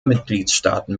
mitgliedstaaten